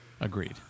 Agreed